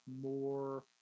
more